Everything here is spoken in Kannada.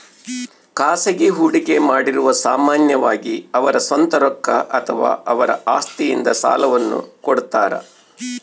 ಖಾಸಗಿ ಹೂಡಿಕೆಮಾಡಿರು ಸಾಮಾನ್ಯವಾಗಿ ಅವರ ಸ್ವಂತ ರೊಕ್ಕ ಅಥವಾ ಅವರ ಆಸ್ತಿಯಿಂದ ಸಾಲವನ್ನು ಕೊಡುತ್ತಾರ